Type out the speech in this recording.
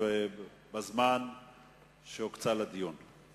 בעניין הזמן שהוקצה לדיון.